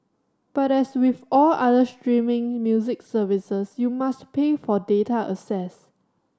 but as with all other streaming music services you must pay for data access